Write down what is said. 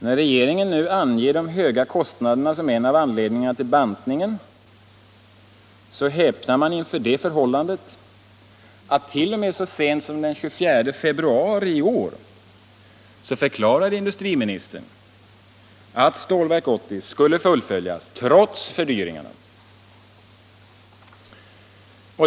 När regeringen nu anger de höga kostnaderna som en av anledningarna till bantningen, häpnar man inför det förhållandet att t.o.m. så sent som den 24 februari i år förklarade industriministern att Stålverk 80 skulle fullföljas trots fördyringarna.